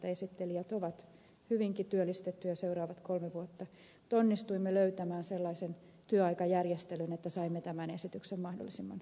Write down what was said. esittelijät ovat hyvinkin työllistettyjä seuraavat kolme vuotta mutta onnistuimme löytämään sellaisen työaikajärjestelyn että saimme tämän esityksen mahdollisimman pian eduskuntaan